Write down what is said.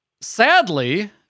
sadly